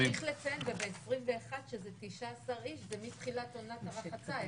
צריך לציין שב-21 זה 19 איש מתחילת עונת הרחצה,